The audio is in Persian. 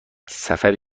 سفر